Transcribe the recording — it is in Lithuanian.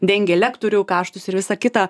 dengia lektorių kaštus ir visa kita